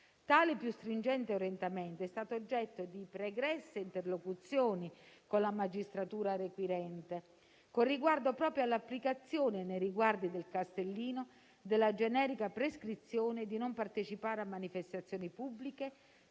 Tale più stringente orientamento è stato oggetto di pregresse interlocuzioni con la magistratura requirente, con riguardo proprio all'applicazione nei riguardi del Castellino della generica prescrizione di non partecipare a manifestazioni pubbliche